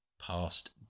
past